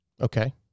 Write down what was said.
Okay